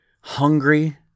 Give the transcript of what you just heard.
hungry